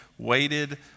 waited